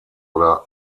oder